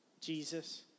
Jesus